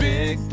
Big